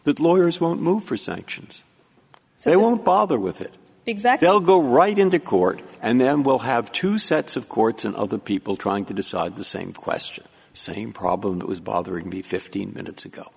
the lawyers won't move for sanctions so i won't bother with it exactly i'll go right into court and then we'll have two sets of courts and other people trying to decide the same question same problem that was bothering me fifteen minutes